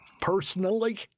personally